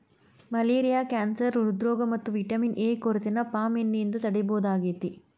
malaria cancer ಹ್ರೃದ್ರೋಗ ಮತ್ತ vitamin A ಕೊರತೆನ ಪಾಮ್ ಎಣ್ಣೆಯಿಂದ ತಡೇಬಹುದಾಗೇತಿ